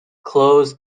closed